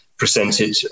presented